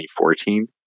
2014